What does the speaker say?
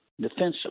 defensively